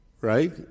Right